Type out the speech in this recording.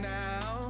now